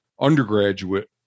undergraduate